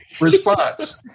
response